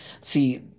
see